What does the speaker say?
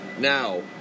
now